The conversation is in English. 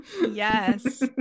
Yes